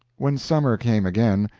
when summer came again,